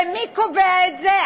ומי קובע את זה?